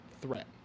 threat